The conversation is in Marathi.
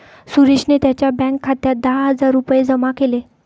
सुरेशने त्यांच्या बँक खात्यात दहा हजार रुपये जमा केले